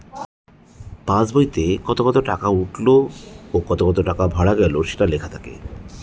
pass বইতে কত কত টাকা উঠলো ও কত কত টাকা ভরা গেলো সেটা লেখা থাকে